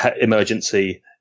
emergency